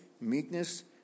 meekness